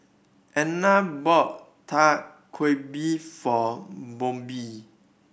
Edna bought Dak Galbi for Bobbi